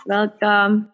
Welcome